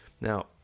Now